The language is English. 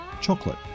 chocolate